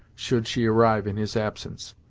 should she arrive in his absence.